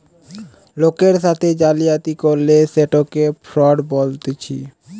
লোকের সাথে জালিয়াতি করলে সেটকে ফ্রড বলতিছে